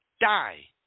Die